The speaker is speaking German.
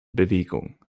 bewegung